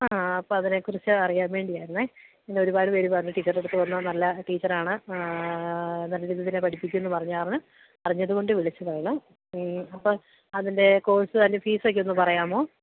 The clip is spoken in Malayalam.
ആ അപ്പോള് അതിനെ കുറിച്ച് അറിയാൻ വേണ്ടിയായിരുന്നേ ഇന്നൊരുപാട് പേര് പറഞ്ഞു ടീച്ചറുടെയടുത്ത് വന്നാല് നല്ല ടീച്ചറാണ് നല്ല രീതിയിൽ തന്നെ പഠിപ്പിക്കുമെന്നുപറഞ്ഞായിരുന്നു അറിഞ്ഞതുകൊണ്ട് വിളിച്ചതാണ് അപ്പോള് അതിൻ്റെ കോഴ്സ് അതിൻ്റെ ഫീസൊക്കെ ഒന്നു പറയാമോ